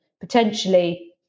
potentially